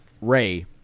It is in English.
Ray